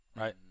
right